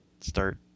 start